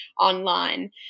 online